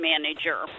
manager